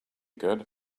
good